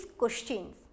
questions